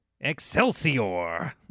Excelsior